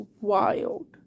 wild